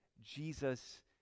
Jesus